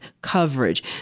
coverage